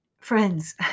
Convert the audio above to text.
Friends